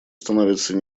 становятся